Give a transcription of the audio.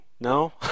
No